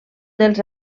dels